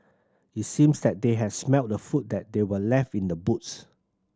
it seems that they had smelt the food that they were left in the boots